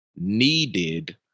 needed